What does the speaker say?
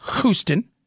Houston